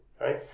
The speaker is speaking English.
right